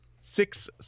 six